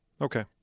Okay